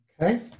Okay